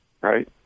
right